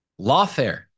Lawfare